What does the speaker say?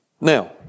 Now